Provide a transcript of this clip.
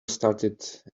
started